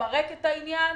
למרק את העניין.